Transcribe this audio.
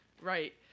right